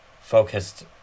focused